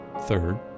third